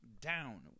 down